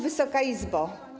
Wysoka Izbo!